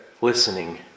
listening